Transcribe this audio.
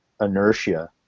inertia